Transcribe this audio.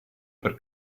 per